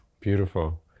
Beautiful